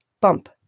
bump